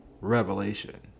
revelation